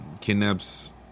Kidnaps